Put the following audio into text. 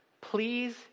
Please